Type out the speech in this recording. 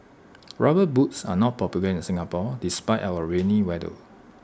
rubber boots are not popular in Singapore despite our rainy weather